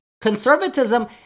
Conservatism